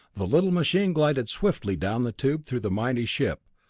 the little machine glided swiftly down the tube through the mighty ship,